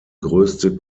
größte